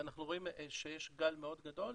ואנחנו רואים שיש גל מאוד גדול,